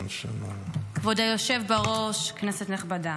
כבוד היושב בראש, כנסת נכבדה,